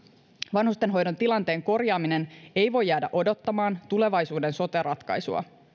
vanhustenhoidon tilanteen korjaaminen ei voi jäädä odottamaan tulevaisuuden sote ratkaisua